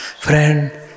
Friend